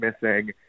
missing